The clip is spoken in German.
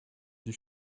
die